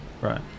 Right